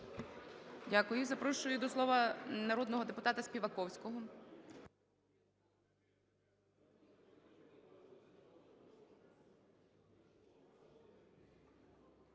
Дякую. Запрошую до слова народного депутатаСпіваковського.